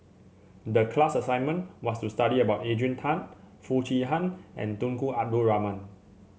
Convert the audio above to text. the class assignment was to study about Adrian Tan Foo Chee Han and Tunku Abdul Rahman